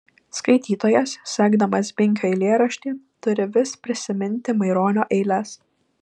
skaitytojas sekdamas binkio eilėraštį turi vis prisiminti maironio eiles